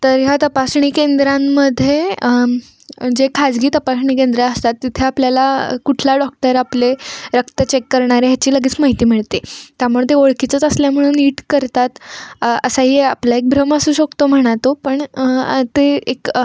तर ह्या तपासणी केंद्रांमध्ये जे खाजगी तपासणी केंद्र असतात तिथे आपल्याला कुठला डॉक्टर आपले रक्त चेक करणार आहे ह्याची लगेच माहिती मिळते त्यामुळं ते ओळखीचंच असल्यामुळं नीट करतात असाही आपला एक भ्रम असू शकतो म्हणातो पण ते एक